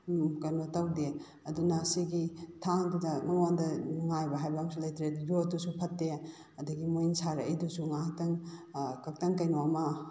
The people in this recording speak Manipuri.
ꯀꯩꯅꯣ ꯇꯧꯗꯦ ꯑꯗꯨꯅ ꯁꯤꯒꯤ ꯊꯥꯡꯗꯨꯗ ꯃꯉꯣꯟꯗ ꯅꯨꯡꯉꯥꯏꯕ ꯍꯥꯏꯕ ꯑꯝꯁꯨ ꯂꯩꯇ꯭ꯔꯦ ꯌꯣꯠꯇꯨꯁꯨ ꯐꯠꯇꯦ ꯑꯗꯒꯤ ꯃꯣꯏꯅ ꯁꯥꯔꯛꯏꯗꯨꯁꯨ ꯉꯥꯏꯍꯥꯛꯇꯪ ꯈꯇꯪ ꯀꯩꯅꯣꯝꯃ